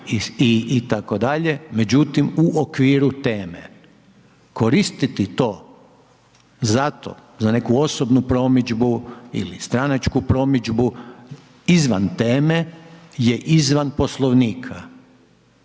međutim u okviru teme. Koristiti to zato, za neku osobnu promidžbu ili stranačku promidžbu, izvan teme je izvan Poslovnika